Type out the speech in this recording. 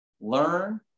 learn